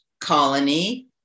colony